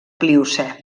pliocè